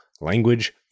language